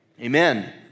Amen